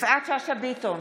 יפעת שאשא ביטון,